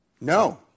No